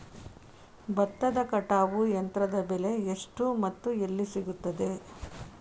ಭತ್ತದ ಕಟಾವು ಯಂತ್ರದ ಬೆಲೆ ಎಷ್ಟು ಮತ್ತು ಎಲ್ಲಿ ಸಿಗುತ್ತದೆ?